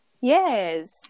Yes